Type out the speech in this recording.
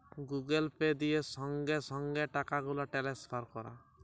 Google Pay দিয়ে সংগে সংগে টাকাগুলা টেলেসফার ক্যরা